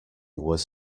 was